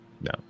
No